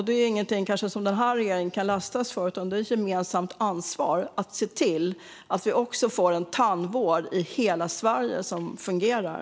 Det kanske inte är något som den här regeringen kan lastas för, utan det är ett gemensamt ansvar att se till att vi får en tandvård i hela Sverige som fungerar.